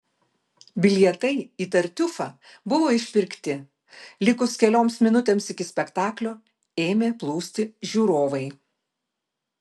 bilietai į tartiufą buvo išpirkti likus kelioms minutėms iki spektaklio ėmė plūsti žiūrovai